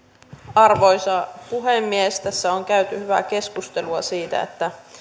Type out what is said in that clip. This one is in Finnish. arvoisa puhemies tässä on käyty hyvää keskustelua siitä että